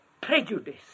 prejudice